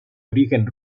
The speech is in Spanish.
origen